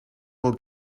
will